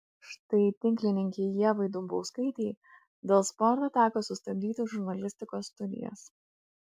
štai tinklininkei ievai dumbauskaitei dėl sporto teko sustabdyti žurnalistikos studijas